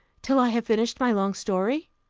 till i have finished my long story?